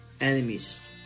enemies